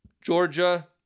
Georgia